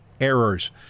errors